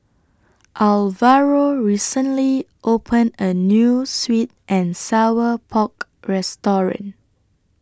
Alvaro recently opened A New Sweet and Sour Pork Restaurant